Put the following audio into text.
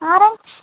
orange